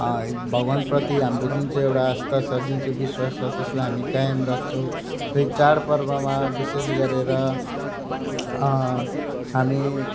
भगवान प्रति हाम्रो जुन चाहिँ एउटा आस्था छ जुन चाहिँ विश्वास छ त्यसलाई हामी कायम राख्छौँ र यी चाडपर्वमा विशेष गरेर हामी